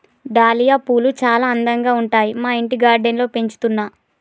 dahlia పూలు చాల అందంగా ఉంటాయి మా ఇంటి గార్డెన్ లో పెంచుతున్నా